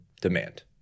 demand